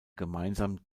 gemeinsam